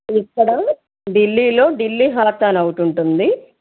ఇక్కడ ఢిల్లీలో ఢిల్లీ హార్ట్ అని ఒకటి ఉంటుంది